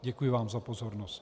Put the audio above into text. Děkuji vám za pozornost.